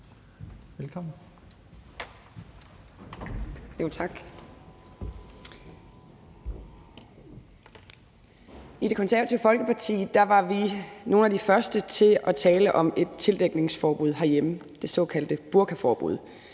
Mercado (KF): Tak. I Det Konservative Folkeparti var vi nogle af de første til at tale om et tildækningsforbud herhjemme, det såkaldte burkaforbud,